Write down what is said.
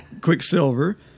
Quicksilver